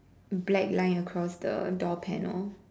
black line across the door panel